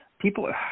people